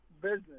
business